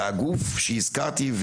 הגוף שהזכרתי,